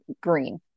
green